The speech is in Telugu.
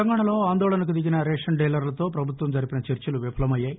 తెలంగాణలో ఆందోళనకు దిగిన రేషన్ డీలర్లతో ప్రభుత్వం జరిపిన చర్చలు విఫలమయ్యాయి